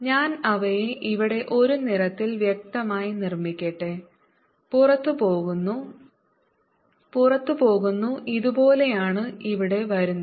ഞാൻ അവയെ ഇവിടെ ഒരു നിറത്തിൽ വ്യക്തമായി നിർമ്മിക്കട്ടെ പുറത്തു പോകുന്നു പുറത്തു പോകുന്നു ഇതുപോലെയാണ് ഇവിടെ വരുന്നത്